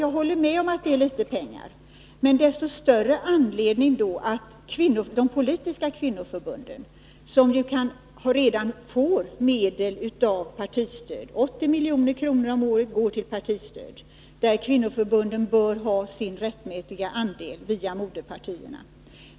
Jag håller med om det, men desto större anledning då att de politiska kvinnoförbunden via moderpartierna får sin rättmätiga andel av partistödet på 80 milj.kr. om året.